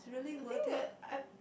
I think the I